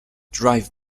drive